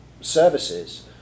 services